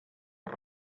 per